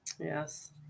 Yes